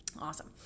awesome